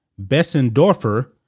Bessendorfer